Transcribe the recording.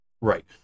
Right